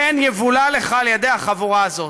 פן יבולע לך על ידי החבורה הזאת.